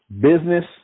business